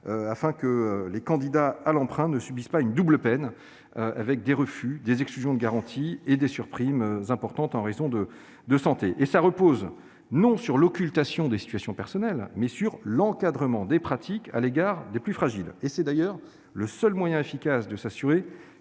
afin que les candidats à l'emprunt ne subissent pas une double peine, avec des refus, des exclusions de garanties et des surprimes importantes pour raisons de santé. Il repose non sur l'occultation des situations personnelles, mais sur l'encadrement des pratiques à l'égard des plus fragiles. C'est le seul moyen efficace de garantir